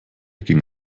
ging